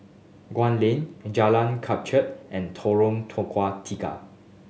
Gul Lane Jalan Kelichap and Tukang Tiga